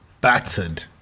battered